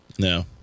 No